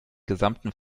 gesamten